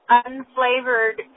unflavored